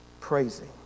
praising